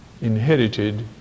inherited